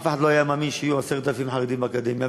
אף אחד לא היה מאמין שיהיו 10,000 חרדים באקדמיה,